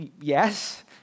yes